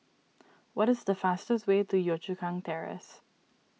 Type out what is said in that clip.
what is the fastest way to Yio Chu Kang Terrace